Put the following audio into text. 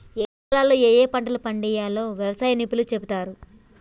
ఏయే కాలాల్లో ఏయే పంటలు పండియ్యాల్నో వ్యవసాయ నిపుణులు చెపుతారు